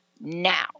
Now